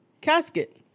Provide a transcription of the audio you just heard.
casket